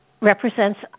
represents